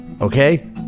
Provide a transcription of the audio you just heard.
Okay